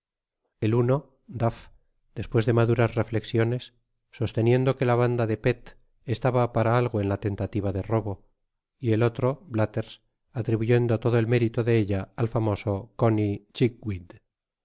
el uno duff despues de maduras reflecsiones sosteniendo que la banda de pelt estaba para algo en la tentativa de robo y el otro blathers atribuyendo todo el mérito de ella al famoso conney